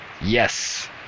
Yes